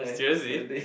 seriously